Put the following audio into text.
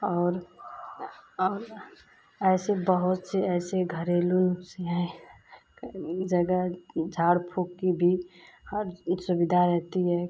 और और यह ऐसे बहुत से ऐसे घरेलू नुस्खें हैं जगह झाड़ फूँक की भी हर सुविधा रहती है